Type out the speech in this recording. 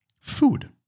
food